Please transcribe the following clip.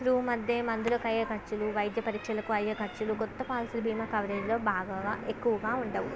room అద్దె మందులకి అయ్యే ఖర్చులు వైద్య పరీక్షలకు అయ్యే ఖర్చులు క్రొత్త పాలసీ భీమా కవరేజ్లో బాగా ఎక్కువగా ఉండవు